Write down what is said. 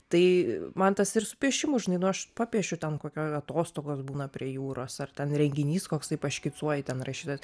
tai man tas ir su piešimu žinai nu aš papiešiu ten kokio atostogos būna prie jūros ar ten renginys koks tai paškicuoji ten rašytojas